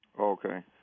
Okay